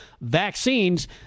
vaccines